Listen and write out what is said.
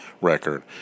record